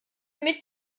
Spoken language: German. mit